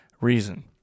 reason